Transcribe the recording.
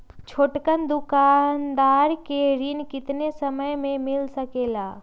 छोटकन दुकानदार के ऋण कितने समय मे मिल सकेला?